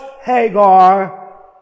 Hagar